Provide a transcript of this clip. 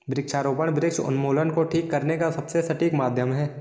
वृक्षारोपण वृक्ष उन्मूलन को ठीक करने का सबसे सटीक माध्यम है